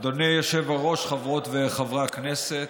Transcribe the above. אדוני היושב בראש, חברות וחברי הכנסת,